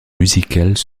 musicales